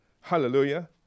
Hallelujah